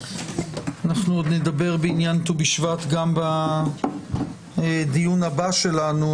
אנחנו עוד נדבר בעניין ט"ו בשבט גם בדיון הבא שלנו,